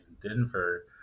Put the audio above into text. Denver